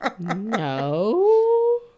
No